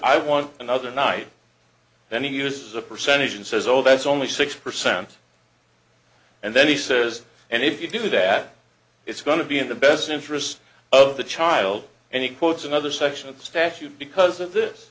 i want another night then he uses a percentage and says oh that's only six percent and then he says and if you do that it's going to be in the best interest of the child and he quotes another section of the statute because of this